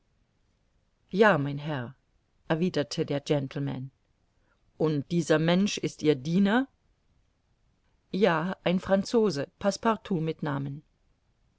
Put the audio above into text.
ja mein herr erwiderte der gentleman und dieser mensch ist ihr diener ja ein franzose passepartout mit namen